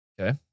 Okay